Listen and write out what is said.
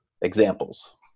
examples